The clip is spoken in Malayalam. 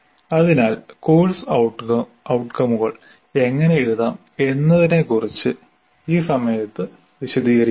അതിനാൽ കോഴ്സ് ഔട്കമുകൾ എങ്ങനെ എഴുതാം എന്നതിനെക്കുറിച്ച് ഈ സമയത്ത് വിശദീകരിക്കുന്നില്ല